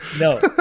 No